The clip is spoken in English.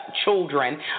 Children